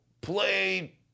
play